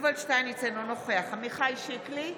אינו נוכח עמיחי שיקלי,